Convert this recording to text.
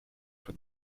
for